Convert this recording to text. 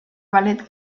ballet